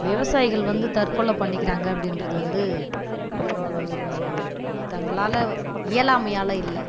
விவசாயிகள் வந்து தற்கொலை பண்ணிக்கிறாங்க அப்படின்றது வந்து தங்களால் இயலாமையால் இல்லை